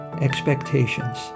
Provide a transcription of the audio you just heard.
expectations